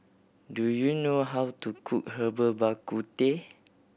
do you know how to cook Herbal Bak Ku Teh